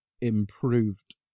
improved